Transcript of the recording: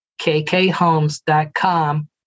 kkhomes.com